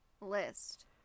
list